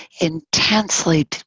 intensely